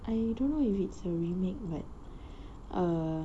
I don't know if it's a remake but err